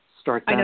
start